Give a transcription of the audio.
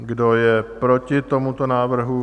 Kdo je proti tomuto návrhu?